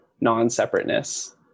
non-separateness